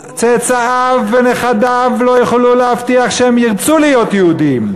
צאצאיו ונכדיו לא יוכלו להבטיח שהם ירצו להיות יהודים.